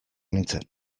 nintzen